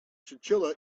chinchilla